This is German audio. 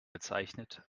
bezeichnet